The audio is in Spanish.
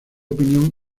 opinión